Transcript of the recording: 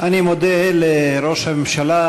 אני מודה לראש הממשלה,